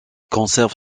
conserve